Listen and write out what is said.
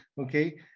Okay